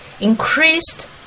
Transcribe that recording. Increased